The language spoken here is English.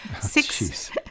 six